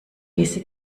diese